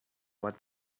what